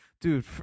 dude